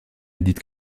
édite